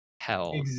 hell